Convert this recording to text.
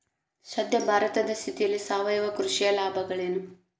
ಸದ್ಯ ಭಾರತದ ಸ್ಥಿತಿಯಲ್ಲಿ ಸಾವಯವ ಕೃಷಿಯ ಲಾಭಗಳೇನು?